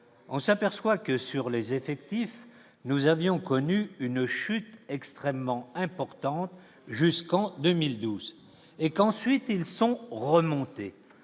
on s'aperçoit que sur les effectifs, nous avions connu une chute extrêmement importante jusqu'en 2012 et qu'ensuite ils sont remontés,